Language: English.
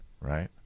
right